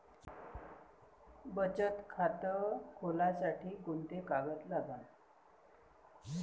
बचत खात खोलासाठी कोंते कागद लागन?